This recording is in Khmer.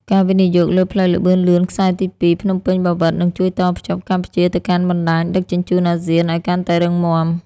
ការវិនិយោគលើផ្លូវល្បឿនលឿនខ្សែទីពីរ ភ្នំពេញ-បាវិត នឹងជួយតភ្ជាប់កម្ពុជាទៅកាន់បណ្ដាញដឹកជញ្ជូនអាស៊ានឱ្យកាន់តែរឹងមាំ។